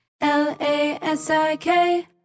l-a-s-i-k